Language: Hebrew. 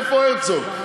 איפה הרצוג?